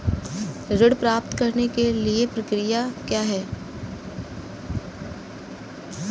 ऋण प्राप्त करने की विभिन्न प्रक्रिया क्या हैं?